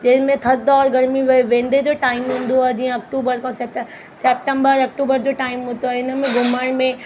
जंहिंमें थधि औरि गर्मी भई वेंदे जो टाइम हूंदो आहे जीअं अक्टूबर खां सत सैप्टेंबर अक्टूबर जो टाइम हुतां इन में घुमण में